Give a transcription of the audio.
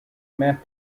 met